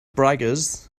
braggers